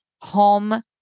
home